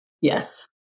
Yes